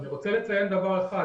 אני רוצה לציין דבר אחד,